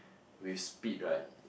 with speed right